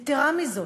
יתרה מזאת,